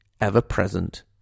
ever-present